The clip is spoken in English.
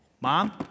Mom